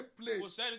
place